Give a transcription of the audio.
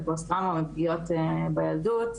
מפוסט טראומה מפגיעות בילדות.